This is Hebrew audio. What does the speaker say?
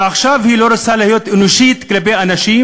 ועכשיו היא לא רוצה להיות אנושית כלפי אנשים